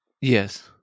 Yes